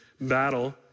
battle